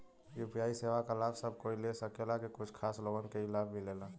UPI सेवा क लाभ सब कोई ले सकेला की कुछ खास लोगन के ई लाभ मिलेला?